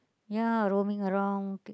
ya roaming around